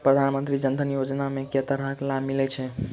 प्रधानमंत्री जनधन योजना मे केँ तरहक लाभ मिलय छै?